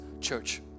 church